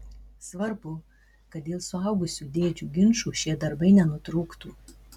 svarbu kad dėl suaugusių dėdžių ginčų šie darbai nenutrūktų